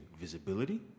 visibility